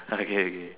okay okay